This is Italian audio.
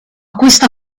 questa